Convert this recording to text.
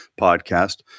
podcast